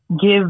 give